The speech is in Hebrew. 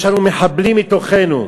יש לנו מחבלים מתוכנו.